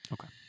Okay